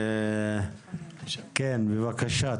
בבקשה,